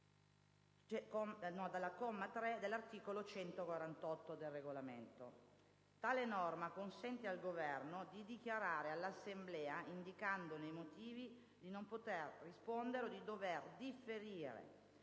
dal comma 3 dell'articolo 148 del Regolamento. Tale norma consente al Governo di dichiarare all'Assemblea, indicandone i motivi, di non poter rispondere o di dover differire